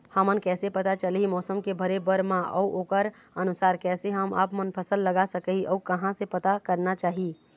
हमन कैसे पता चलही मौसम के भरे बर मा अउ ओकर अनुसार कैसे हम आपमन फसल लगा सकही अउ कहां से पता करना चाही?